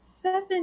seven